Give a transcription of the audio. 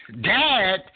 Dad